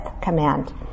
command